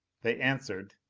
they answered,